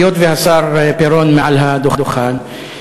היות שהשר פירון על הדוכן,